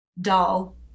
dull